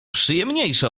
przyjemniejsze